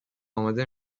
اماده